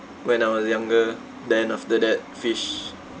when I was younger then after that fish